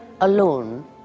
alone